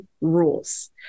rules